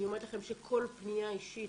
אני אומרת לכם שכל פניה אישית,